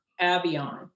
Avion